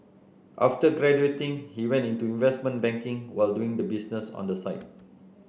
after graduating he went into investment banking while doing the business on the side